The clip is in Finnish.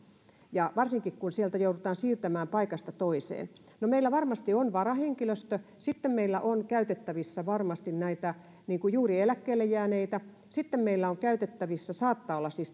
varsinkin kun väkeä joudutaan siirtämään paikasta toiseen no meillä varmasti on varahenkilöstö sitten meillä on käytettävissä varmasti juuri näitä eläkkeelle jääneitä sitten meillä saattaa olla käytettävissä siis